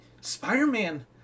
Spider-Man